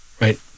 Right